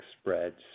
spreads